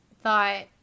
thought